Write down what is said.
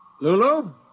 Lulu